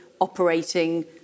operating